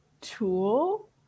tool